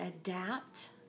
adapt